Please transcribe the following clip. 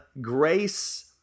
grace